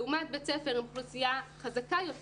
לעומת בית ספר עם אוכלוסייה חזקה יותר